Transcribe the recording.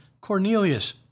Cornelius